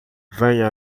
venha